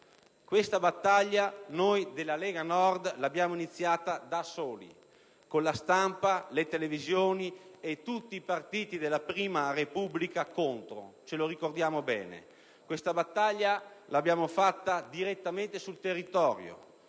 Questa battaglia noi della Lega Nord l'abbiamo iniziata da soli, con la stampa le televisioni e tutti i partiti della cosiddetta prima Repubblica contro, ce lo ricordiamo bene. Questa battaglia l'abbiamo fatta direttamente sul territorio,